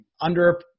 under-